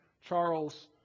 Charles